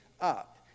up